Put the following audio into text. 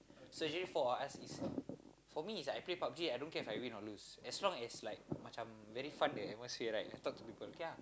so actually four of us is for me is I play Pub-G I don't care If I win or lose as long as like macam very fun the atmosphere right I talk to people okay ah